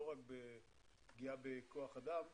לא רק בפגיעה באדם,